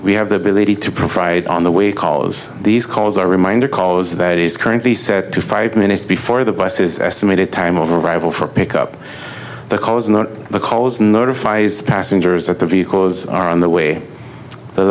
we have the ability to provide on the way cause these calls are a reminder cause that is currently set to five minutes before the buses estimated time of arrival for pick up the cars not because notifies passengers that the vehicles are on the way the